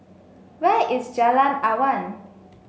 where is Jalan Awan